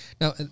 Now